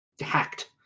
hacked